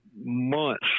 months